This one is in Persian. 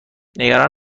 نگران